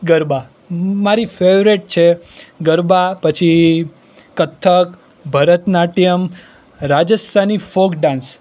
ગરબા મારી ફેવરેટ છે ગરબા પછી કથક ભરતનાટ્યમ રાજસ્થાની ફોક ડાન્સ